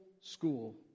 school